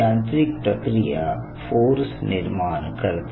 यांत्रिक प्रक्रिया फोर्स निर्माण करते